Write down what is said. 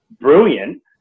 brilliant